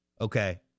Okay